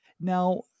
Now